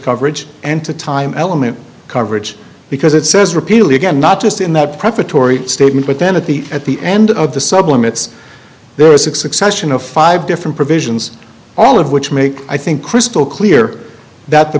coverage and to time element coverage because it says repeatedly again not just in that prefatory statement but then at the at the end of the supplements there are a succession of five different provisions all of which make i think crystal clear that the